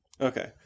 Okay